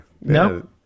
No